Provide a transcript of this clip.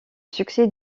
succès